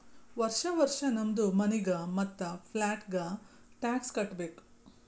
ವರ್ಷಾ ವರ್ಷಾ ನಮ್ದು ಮನಿಗ್ ಮತ್ತ ಪ್ಲಾಟ್ಗ ಟ್ಯಾಕ್ಸ್ ಕಟ್ಟಬೇಕ್